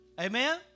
Amen